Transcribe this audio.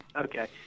Okay